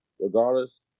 regardless